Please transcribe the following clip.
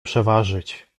przeważyć